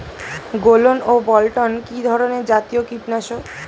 গোলন ও বলটন কি ধরনে জাতীয় কীটনাশক?